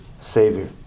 Savior